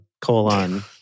Colon